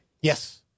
Yes